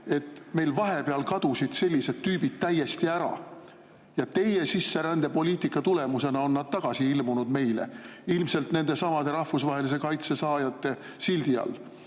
et meil vahepeal kadusid sellised tüübid täiesti ära, aga teie sisserändepoliitika tulemusena on nad tagasi ilmunud, ilmselt rahvusvahelise kaitse saaja sildi all.